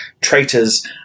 traitors